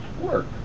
Work